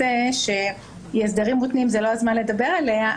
זה לא הזמן לדבר עליה,